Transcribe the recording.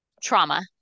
trauma